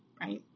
right